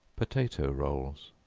potato rolls.